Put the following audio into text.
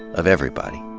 of everybody.